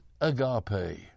agape